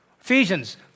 Ephesians